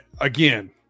again